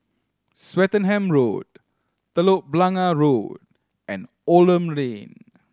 Swettenham Road Telok Blangah Road and Oldham Lane